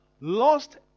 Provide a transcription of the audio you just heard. lost